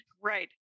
Right